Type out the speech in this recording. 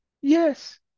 Yes